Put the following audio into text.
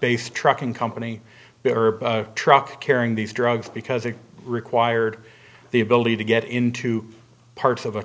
based trucking company truck carrying these drugs because it required the ability to get into parts of a